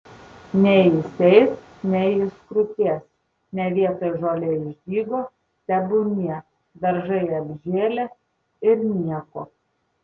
nei jis eis nei jis krutės ne vietoj žolė išdygo tebūnie daržai apžėlę ir nieko